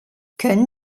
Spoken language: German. können